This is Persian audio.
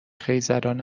خیزران